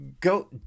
go